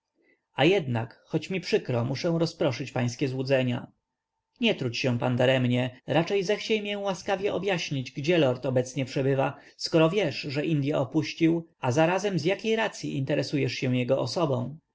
uwierzyć a jednak choć mi przykro muszę rozproszyć pańskie złudzenia nie trudź się pan daremnie raczej zechciej mię łaskawie objaśnić gdzie lord obecnie przebywa skoro wiesz że indye opuścił a zarazem z jakiej racyi interesujesz się jego osobą